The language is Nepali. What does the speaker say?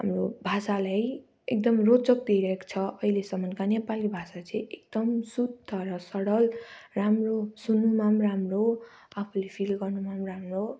हाम्रो भाषालाई एकदम रोचक दिइरहेको छ नेपाली भाषा चाहिँ एकदम शुद्ध र सरल राम्रो सुन्नुमा राम्रो आफूले फिल गर्नुमा राम्रो